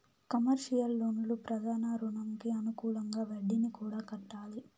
commercial లోన్లు ప్రధాన రుణంకి అనుకూలంగా వడ్డీని కూడా కట్టాలి